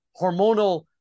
hormonal